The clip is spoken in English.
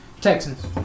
Texans